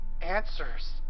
answers